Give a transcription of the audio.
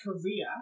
Korea